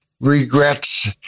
regrets